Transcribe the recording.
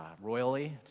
royally